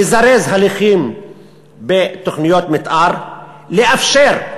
לזרז הליכים בתוכניות מתאר, לאפשר,